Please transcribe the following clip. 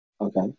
Okay